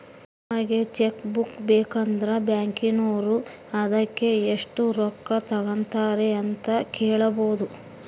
ನಿಮಗೆ cheque book ಬೇಕಂದ್ರ ಬ್ಯಾಕಿನೋರು ಅದಕ್ಕೆ ಎಷ್ಟು ರೊಕ್ಕ ತಂಗತಾರೆ ಅಂತ ಕೇಳಬೊದು